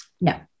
No